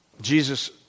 Jesus